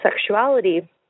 sexuality